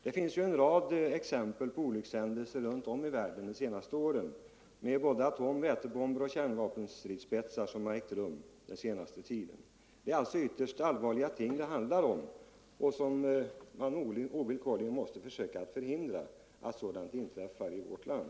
Det finns ju en rad exempel på olyckshändelser med atom-, vätebomboch kärnvapenstridsspetsar som inträffat runt om i världen under de senaste åren. Det är alltså ytterst allvarliga ting det här handlar om, och vi måste ovillkorligen försöka förhindra att olyckor av det slaget inträffar i vårt land.